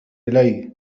إلي